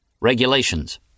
Regulations